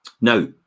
Now